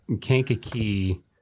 Kankakee